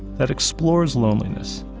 that explores loneliness,